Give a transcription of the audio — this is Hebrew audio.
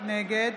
נגד